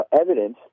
evidence